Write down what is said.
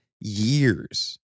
years